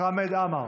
חמד עמאר.